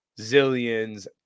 Zillion's